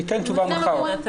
ניתן תשובה מחר.